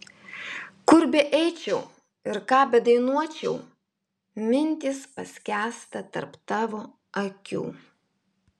kur beeičiau ir ką bedainuočiau mintys paskęsta tarp tavo akių